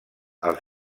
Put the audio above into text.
els